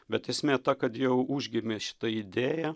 bet esmė ta kad jau užgimė šita idėja